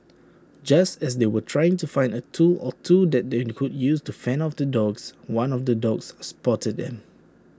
just as they were trying to find A tool or two that they be could use to fend off the dogs one of the dogs spotted them